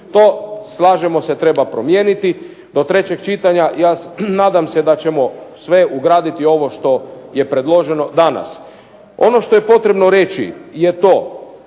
To, slažemo se, treba promijeniti do trećeg čitanja. Nadam se da ćemo sve ugraditi ovo što je predloženo danas. Ono što je potrebno reći je to